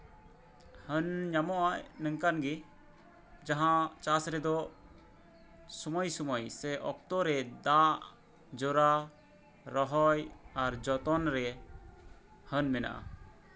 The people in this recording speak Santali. ᱦᱟᱹᱱ ᱧᱟᱢᱚᱜᱼᱟ ᱱᱤᱝᱠᱟᱱ ᱨᱮᱜᱮ ᱡᱟᱦᱟᱸ ᱪᱟᱥ ᱨᱮᱫᱚ ᱥᱚᱢᱚᱭᱼᱥᱚᱢᱚᱭ ᱥᱮ ᱚᱠᱛᱚ ᱨᱮ ᱫᱟᱜ ᱡᱚᱨᱟ ᱨᱚᱦᱚᱭ ᱟᱨ ᱡᱚᱛᱚᱱ ᱨᱮ ᱦᱟᱹᱱ ᱢᱮᱱᱟᱜᱼᱟ